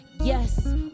Yes